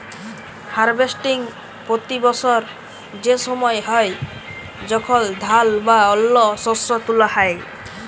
harvesting পতি বসর সে সময় হ্যয় যখল ধাল বা অল্য শস্য তুলা হ্যয়